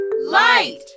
Light